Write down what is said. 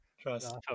trust